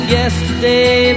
yesterday